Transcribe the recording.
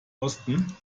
osten